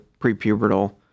prepubertal